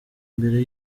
mbere